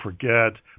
forget